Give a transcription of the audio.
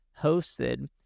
hosted